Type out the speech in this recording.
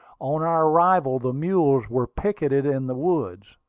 on our arrival the mules were picketed in the woods,